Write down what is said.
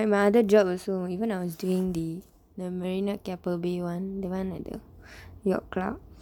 my other job also even I was doing the the marina at keppel bay [one] that [one] at the yacht club